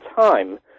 time